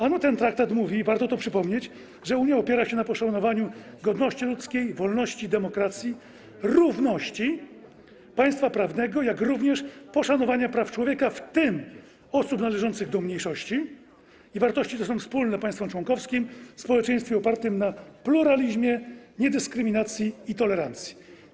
Ano ten traktat mówi, i warto to przypomnieć, że Unia opiera się na poszanowaniu godności ludzkiej, wolności, demokracji, równości, państwa prawnego, jak również poszanowania praw człowieka, w tym osób należących do mniejszości, i że wartości te są wspólne państwom członkowskim w społeczeństwie opartym na pluralizmie, niedyskryminacji i tolerancji.